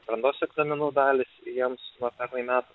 brandos egzaminų dalys jiems nuo pernai met